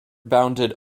bounded